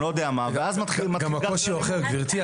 ואז מתחיל --- גברתי,